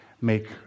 make